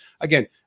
again